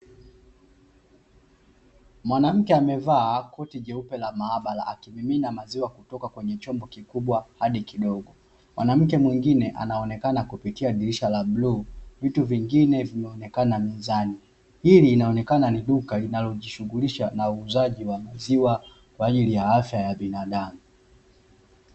Mwanamke amevaa koti jeupe la maabara akimimina maziwa kutoka kwenye chombo kikubwa hadi kidogo. Mwanamke mwingine anaonekana kupitia dirisha la bluu, vitu vingine vinaonekana mezani. Hili linaonekana ni duka linalojishughulisha na uuzaji wa maziwa, kwa ajili ya afya ya binadamu.